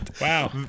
Wow